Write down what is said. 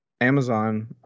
Amazon